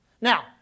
Now